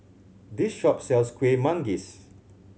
this shop sells Kueh Manggis